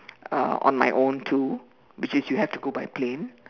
uh on my own too which is you have to go by plane